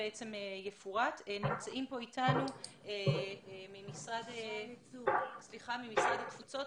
נמצא אתנו חגי אליצור, סמנכ"ל משרד התפוצות.